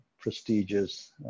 prestigious